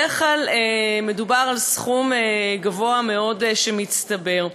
בדרך כלל, מדובר על סכום גבוה מאוד שמצטבר.